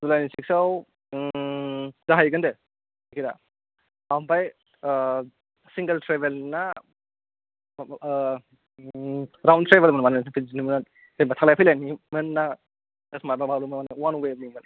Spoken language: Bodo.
जुलाइ सिक्सआव जाहैगोन दे टिकेट आ आमफाय सिंगल ट्रेभेल ना राउन ट्रेभेलमोन माने टिकेट माने थांलाय फैलायनि माबाखा वान वे